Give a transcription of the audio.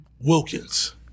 Wilkins